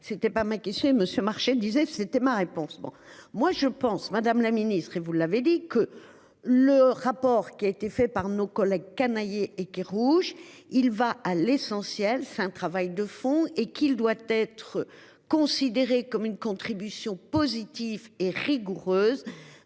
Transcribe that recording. Ce n'était pas ma question Monsieur marcher elle disait c'était ma réponse, bon moi je pense. Madame la ministre et vous l'avez dit, que le rapport qui a été fait par nos collègues Chamaillé et qui rouge il va à l'essentiel, c'est un travail de fond et qu'il doit être considéré comme une contribution positive et rigoureuse.